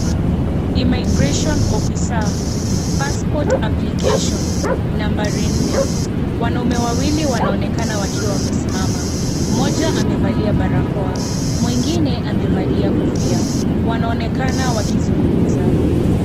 Immigration officer passport application nambari nne, wanaume wawili wanaonekana wakiwea wamesimama mmoja amevalia barakoa mwingine amevalkia kofia wanaonekana wakizungumza.